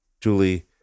Julie